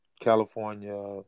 California